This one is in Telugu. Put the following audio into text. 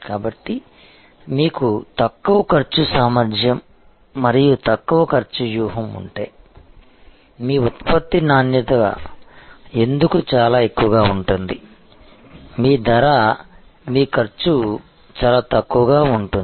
కాబట్టి మీకు తక్కువ ఖర్చు సామర్థ్యం మరియు తక్కువ ఖర్చు వ్యూహం ఉంటే మీ ఉత్పత్తి నాణ్యత ఎందుకు చాలా ఎక్కువగా ఉంటుంది మీ ధర మీ ఖర్చు చాలా తక్కువగా ఉంటుంది